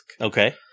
Okay